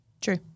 True